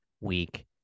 week